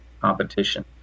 competition